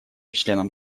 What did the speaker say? членам